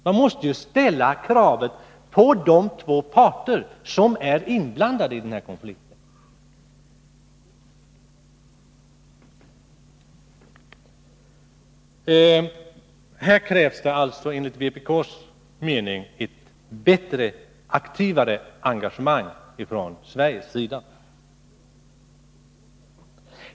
Man måste ställa kravet på de två parter som är inblandade i denna konflikt. Här krävs det alltså enligt vpk:s mening ett aktivare engagemang från Sveriges sida.